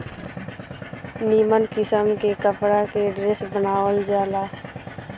निमन किस्म के कपड़ा के ड्रेस बनावल जाला